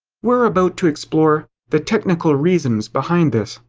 we're about to explore the technical reasons behind this.